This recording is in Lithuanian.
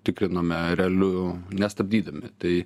tikrinome realiu nestabdydami tai